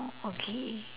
okay